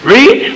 Read